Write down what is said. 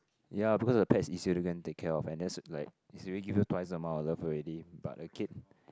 ya because the pet is easier to gain and take care of and that's like he's already give you twice amount of love already but a kid